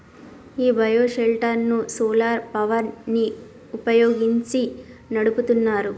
ఈ bio shelter ను solar power ని వుపయోగించి నడుపుతున్నారు